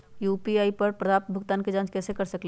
हम यू.पी.आई पर प्राप्त भुगतान के जाँच कैसे कर सकली ह?